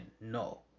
no